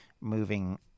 moving